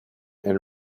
and